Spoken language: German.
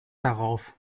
darauf